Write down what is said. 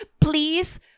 please